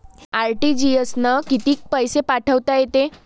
RTGS न कितीक पैसे पाठवता येते?